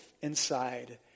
inside